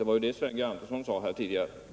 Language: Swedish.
Det var ju vad Sven G. Andersson sade här tidigare.